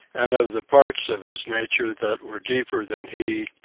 and of the parts of his nature that were deeper than he,